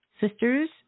Sisters